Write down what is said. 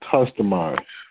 Customize